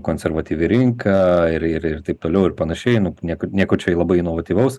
konservatyvi rinka ir ir ir taip toliau ir panašiai nieko nieko čia labai inovatyvaus